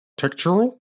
Textural